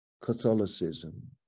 Catholicism